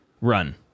run